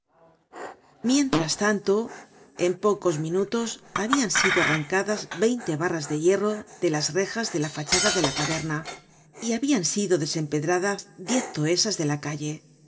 mientras tanto en pocos minutos habian sido arrancadas veinte barras de hierro de las rejas de la fachada de la taberna y habian sido desempedradas diez toesas de la calle